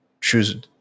choose